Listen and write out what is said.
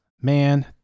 man